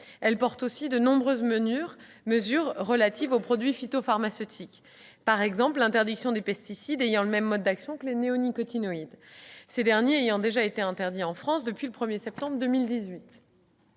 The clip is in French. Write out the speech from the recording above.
Elle contient également de nombreuses mesures relatives aux produits phytopharmaceutiques, notamment l'interdiction des pesticides ayant le même mode d'action que les néonicotinoïdes, ces derniers étant déjà interdits en France depuis le 1 septembre 2018.